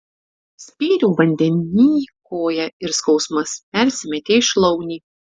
spyriau vandenyj koja ir skausmas persimetė į šlaunį